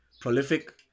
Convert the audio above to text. prolific